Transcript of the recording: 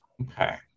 Okay